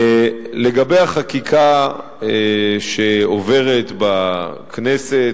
לגבי החקיקה שעוברת בכנסת,